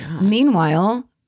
Meanwhile